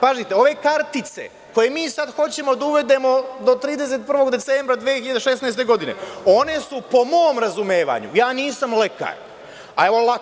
Pazite, ove kartice koje mi sada hoćemo da uvedemo do 31. decembra 2016. godine, one su po mom razumevanju, ja nisam lekar,